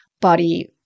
body